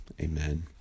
Amen